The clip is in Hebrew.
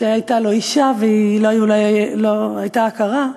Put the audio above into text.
שהייתה לו אישה והיא הייתה עקרה.